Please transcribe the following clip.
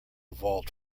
vault